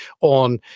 on